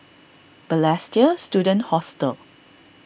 Balestier Student Hostel